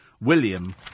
William